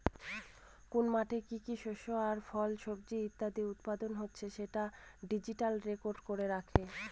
কোন মাঠে কি কি শস্য আর ফল, সবজি ইত্যাদি উৎপাদন হচ্ছে সেটা ডিজিটালি রেকর্ড করে রাখে